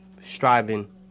striving